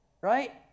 Right